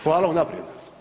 Hvala unaprijed.